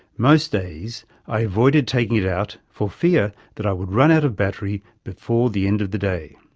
most days, i avoided taking it out for fear that i would run out of battery before the end of the day.